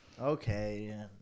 Okay